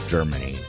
Germany